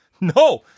no